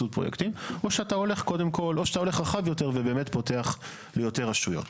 פרויקטים או שאתה הולך רחב יותר ובאמת פותח ליותר רשויות?